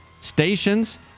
stations